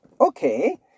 Okay